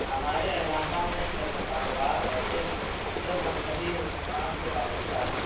ہمارے علاقہ میں چند کاروبار ایسے ہیں جو مذہبی رسومات سے وابستہ ہیں